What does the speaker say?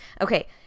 Okay